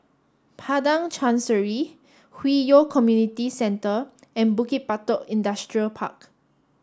Padang Chancery Hwi Yoh Community Centre and Bukit Batok Industrial Park